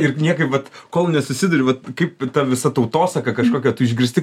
ir niekaip vat kol nesusiduri vat kaip ir ta visa tautosaka kažkokio tu išgirsti